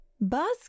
Buzz